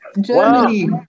Germany